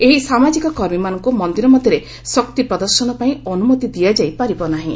ଏହି ସାମାଜିକ କର୍ମୀମାନଙ୍କୁ ମନ୍ଦିର ମଧ୍ୟରେ ଶକ୍ତି ପ୍ରଦର୍ଶନ ପାଇଁ ଅନ୍ତମତି ଦିଆଯାଇ ପାରିବ ନାହିଁ